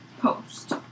post